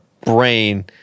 brain